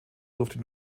durfte